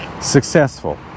successful